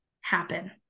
happen